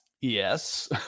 Yes